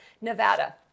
Nevada